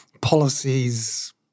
policies